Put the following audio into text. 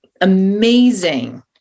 amazing